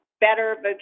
better